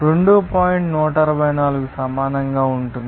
164 కు సమానంగా ఉంటుంది